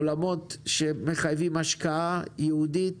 עולמות שמחייבים השקעה ייעודית